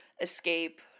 escape